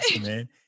man